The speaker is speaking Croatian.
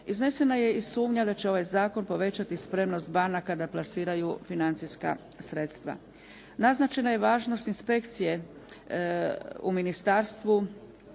Iznesena je i sumnja da će ovaj zakon povećati spremnost banaka da plasiraju financijska sredstva. Naznačena je važnost inspekcije u ministarstvu